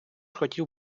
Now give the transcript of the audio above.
хотів